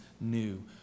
new